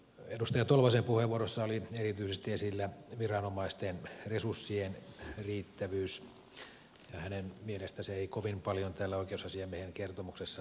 edustaja tolvasen puheenvuorossa oli erityisesti esillä viranomaisten resurssien riittävyys ja hänen mielestään se ei kovin paljon täällä oikeusasiamiehen kertomuksessa näy